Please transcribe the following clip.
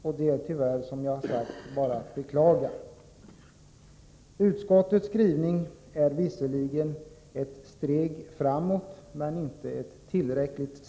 Det är bara att beklaga att det tyvärr förhåller sig så. Utskottets skrivning är visserligen ett steg framåt, men det är inte tillräckligt.